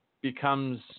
becomes